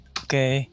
okay